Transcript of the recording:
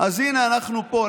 אז הינה אנחנו פה.